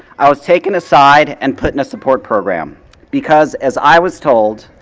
i was taken aside and put in a support program because as i was told,